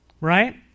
right